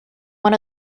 one